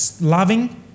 loving